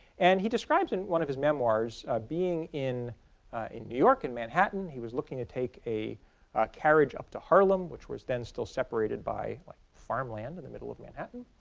and he describes in one of his memoirs being in in new york and manhattan he was looking to take a carriage up to harlem which was then still separated by like farmland in the middle of manhattan.